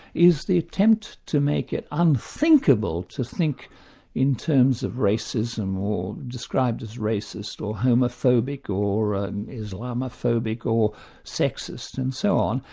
is the attempt to make it unthinkable to think in terms of racism or described as racist or homophobic or islamophobic or sexist and so on,